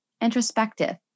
introspective